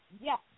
yes